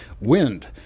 wind